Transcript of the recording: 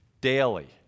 Daily